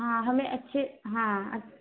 हाँ हमें अच्छे हाँ आ